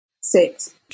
Six